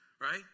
right